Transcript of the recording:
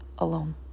alone